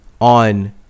on